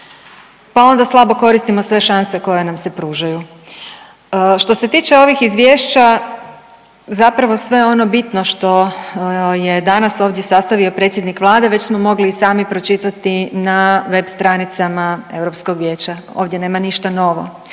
pa onda slabo koristimo sve šanse koje nam se pružaju. Što se tiče ovih izvješća zapravo sve ono bitno što je danas ovdje sastavio predsjednik Vlade već smo mogli i sami pročitati na web stranicama Europskog vijeća, ovdje nema ništa novo